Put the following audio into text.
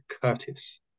Curtis